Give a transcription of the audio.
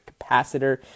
capacitor